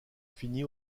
finit